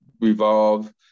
revolve